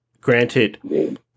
granted